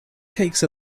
takes